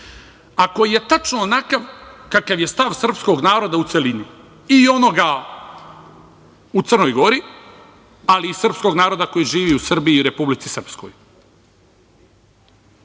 koji je tačno onakav kakav je stav srpskog naroda u celini i onoga u Crnoj Gori, ali i srpskog naroda koji živi u Srbiji i Republici Srpskoj. Sakrio